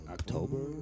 October